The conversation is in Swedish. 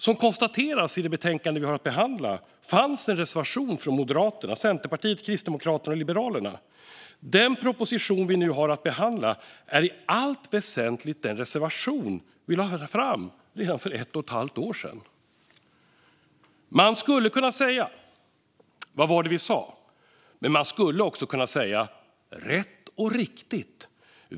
Som konstateras i det betänkande vi har att behandla fanns en reservation från Moderaterna, Centerpartiet, Kristdemokraterna och Liberalerna. Den proposition vi nu har att behandla är i allt väsentligt den reservation vi lade fram redan för ett och ett halvt år sedan. Man skulle kunna säga: Vad var det vi sa? Men man skulle också kunna säga: Rätt och riktigt!